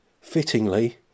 fittingly